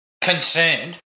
concerned